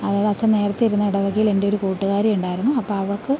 അതായത് അച്ഛൻ നേരത്തെ ഇരുന്ന ഇടവകയിൽ എൻ്റെ ഒരു കൂട്ടുകാരിയുണ്ടായിരുന്നു അപ്പോൾ അവൾക്ക്